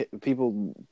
people